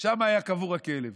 שם היה קבור הכלב,